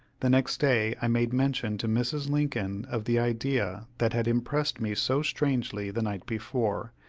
the next day, i made mention to mrs. lincoln of the idea that had impressed me so strangely the night before,